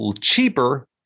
cheaper